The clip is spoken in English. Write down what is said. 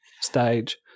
stage